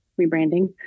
rebranding